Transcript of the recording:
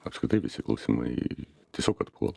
apskritai visi klausimai tiesiog atpuola